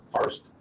first